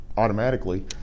automatically